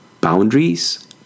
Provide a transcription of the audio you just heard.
boundaries